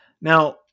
Now